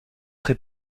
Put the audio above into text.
très